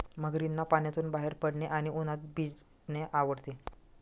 मगरींना पाण्यातून बाहेर पडणे आणि उन्हात भिजणे आवडते